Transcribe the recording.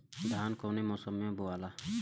धान कौने मौसम मे बोआला?